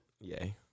yay